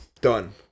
done